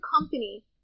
company